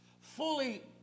fully